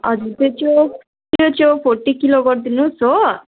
अनि त्यो च्याउ त्यो च्याउ फोर्टी किलो गरिदिनु होस् हो